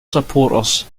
supporters